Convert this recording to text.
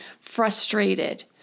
Frustrated